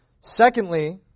Secondly